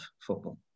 football